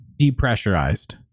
depressurized